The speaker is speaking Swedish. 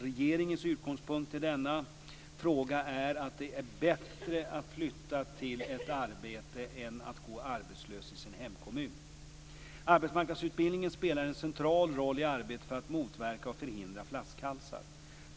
Regeringens utgångspunkt i denna fråga är att det är bättre att flytta till ett arbete än att gå arbetslös i sin hemkommun. Arbetsmarknadsutbildningen spelar en central roll i arbetet för att motverka och förhindra flaskhalsar.